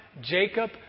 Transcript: Jacob